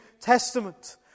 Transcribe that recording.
Testament